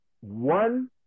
one